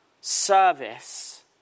service